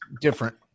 different